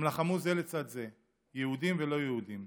הם לחמו זה לצד זה, יהודים ולא יהודים.